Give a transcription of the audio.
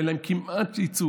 לא היה להם כמעט ייצוג,